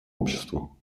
обществу